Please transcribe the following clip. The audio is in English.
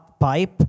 Pipe